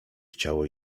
chciało